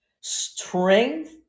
Strength